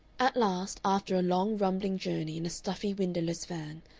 at last, after a long rumbling journey in a stuffy windowless van,